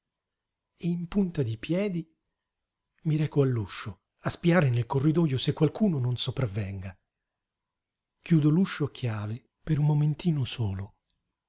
e in punta di piedi mi reco all'uscio a spiare nel corridojo se qualcuno non sopravvenga chiudo l'uscio a chiave per un momentino solo